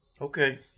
okay